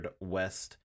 west